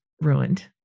ruined